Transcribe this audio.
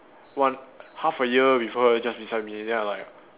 one half a year with her just beside me then I like